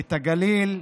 את הגליל,